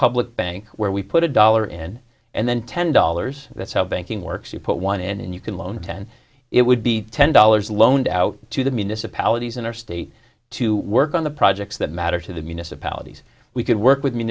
public bank where we put a dollar and and then ten dollars that's how banking works you put one and you can loan ten it would be ten dollars loaned out to the municipalities in our state to work on the projects that matter to the municipalities we could work with m